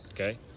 Okay